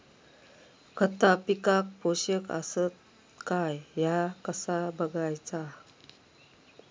खता पिकाक पोषक आसत काय ह्या कसा बगायचा?